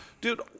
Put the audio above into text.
Dude